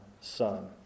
son